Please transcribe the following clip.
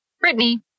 Brittany